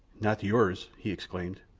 not yours! he exclaimed.